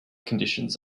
conditions